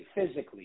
physically